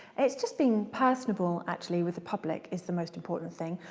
it's just being personable actually with the public is the most important thing.